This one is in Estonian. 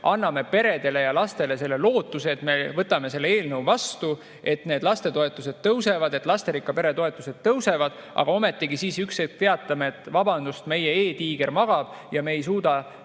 anname peredele ja lastele lootuse, et me võtame selle eelnõu vastu, et lastetoetused tõusevad, et lasterikka pere toetused tõusevad, aga siis üks hetk teatame, et vabandust, meie e-tiiger magab ja me ei suuda